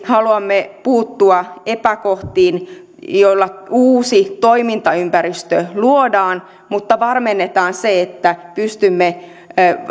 haluamme puuttua erityisesti epäkohtiin joilla uusi toimintaympäristö luodaan mutta varmennetaan se että pystymme